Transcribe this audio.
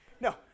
No